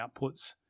outputs